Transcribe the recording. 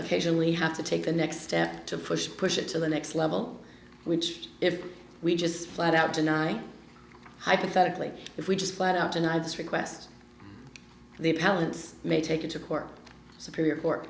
occasionally have to take the next step to push push it to the next level which if we just flat out deny hypothetically if we just flat out denied this request the appellant's may take it to court superior court